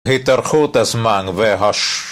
התארכות הזמן והש...